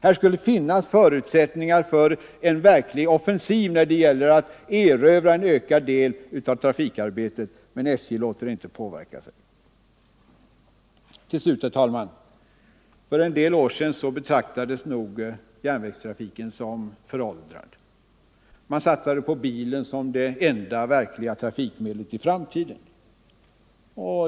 Här skulle finnas förutsättningar för en verklig offensiv när det gäller att erövra en ökad del av trafikarbetet. Men SJ låter inte detta påverka sig. Herr talman! För en del år sedan betraktades nog järnvägstrafiken som föråldrad. Man satsade på bilen som det enda verkliga trafikmedlet i framtiden.